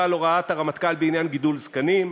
על הוראת הרמטכ"ל בעניין גידול זקנים.